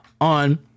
on